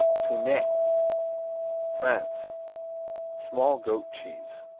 tournette france small goat cheese.